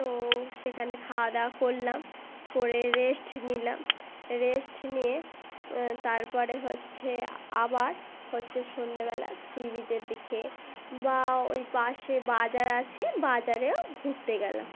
তো সেখানে খাওয়া দাওয়া করলাম করে রেস্ট নিলাম রেস্ট নিয়ে তারপরে হচ্ছে আবার হচ্ছে সন্ধ্যেবেলা সি বিচের দিকে বা ওই পাশে বাজার আছে বাজারেও ঘুরতে গেলাম